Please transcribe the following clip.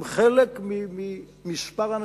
הם חלק ממספר האנשים,